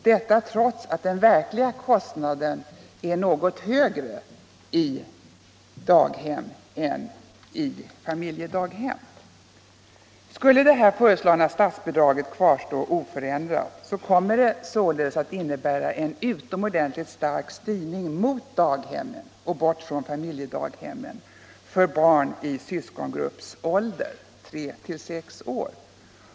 Detta trots att den verkliga kostnaden är något högre i daghem än i familjedaghem. Skutle det föreslagna statsbidraget kvarstå oförändrat kommer det således att innebära en utomordentligt stark styrning till daghemmen och bort från familjedaghemmen för barn i svskongruppsåldern 3—6 år.